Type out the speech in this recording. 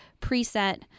preset